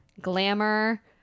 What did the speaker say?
Glamour